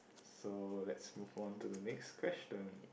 so let's move on to the next question